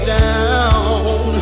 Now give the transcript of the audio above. down